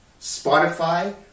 Spotify